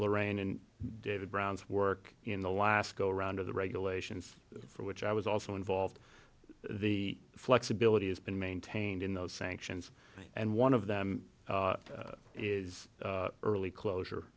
lorraine and david brown's work in the last go around of the regulations for which i was also involved the flexibility has been maintained in those sanctions and one of them is early closure